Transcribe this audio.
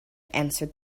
answered